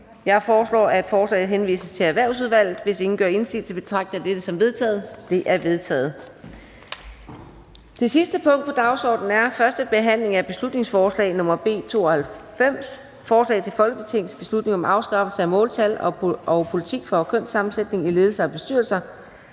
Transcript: Jeg foreslår, at forslaget henvises til Erhvervsudvalget. Hvis ingen gør indsigelse, betragter jeg dette som vedtaget. Det er vedtaget. --- Det sidste punkt på dagsordenen er: 4) 1. behandling af beslutningsforslag nr. B 92: Forslag til folketingsbeslutning om afskaffelse af måltal og politik for kønssammensætningen i ledelser og bestyrelser.